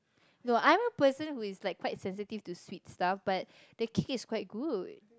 no I'm a person who is like quite sensitive to sweet stuff but the cake is quite good